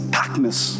darkness